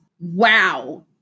wow